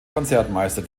konzertmeister